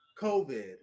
COVID